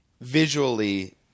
visually